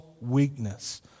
weakness